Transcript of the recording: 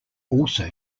also